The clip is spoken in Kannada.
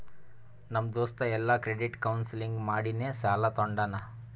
ನಮ್ ದೋಸ್ತ ಎಲ್ಲಾ ಕ್ರೆಡಿಟ್ ಕೌನ್ಸಲಿಂಗ್ ಮಾಡಿನೇ ಸಾಲಾ ತೊಂಡಾನ